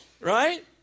right